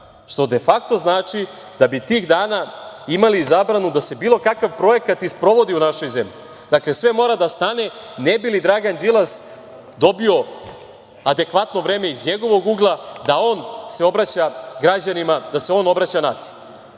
što de fakto znači da bi tih dana imali zabranu da se bilo kakav projekat i sprovodi u našoj zemlji. Dakle, sve mora da stane, ne bi li Dragan Đilas dobio adekvatno vreme iz njegovog ugla, da se on obraća građanima, da se on obraća naciji.